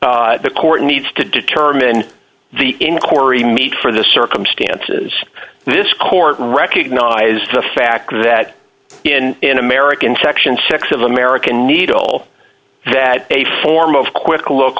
the court needs to determine the inquiry meet for the circumstances this court recognized the fact that in in american section six of american needle dad a form of quick a look